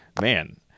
man